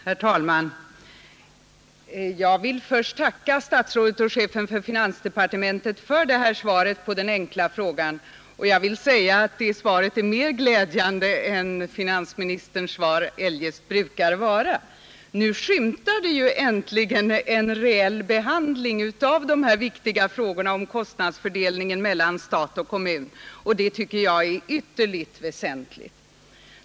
Herr talman! Jag vill först tacka statsrådet och chefen för finansdepartementet för detta svar på den enkla frågan. Det svaret är mer glädjande än finansministerns svar eljest brukar vara. Nu skymtar det ju äntligen en reell behandling av dessa viktiga frågor om kostnadsfördelningen mellan stat och kommun och det tycker jag är vtterligt väsentligt.